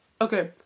Okay